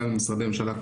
וגם עם משרדי ממשלה,